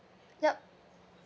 yup